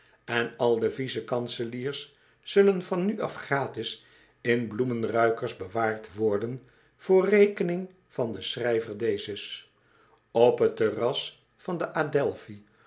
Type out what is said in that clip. en al de vice kanseliers zullen van nu af gratis in bloemenruikers bewaard worden voor rekening van den schrijver dezes op t terras van de